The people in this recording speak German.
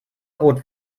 rot